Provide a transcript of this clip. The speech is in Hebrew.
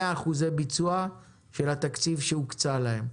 100% ביצוע של התקציב שהוקצה להם,